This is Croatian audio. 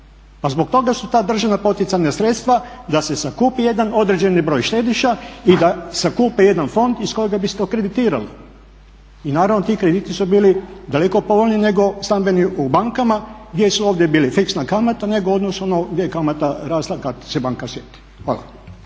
Pa zbog toga su ta državna poticajna sredstva da se sakupi jedan određeni broj štediša i da sakupe jedan fond iz kojega bi se to kreditiralo. I naravno ti krediti su bili daleko povoljniji nego stambeni u bankama gdje su ovdje bili fiksna kamata nego u odnosu gdje je kamata rasla kada se banka sjeti. Hvala.